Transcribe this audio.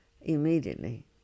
immediately